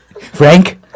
Frank